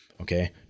Okay